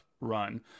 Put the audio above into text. run